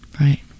Right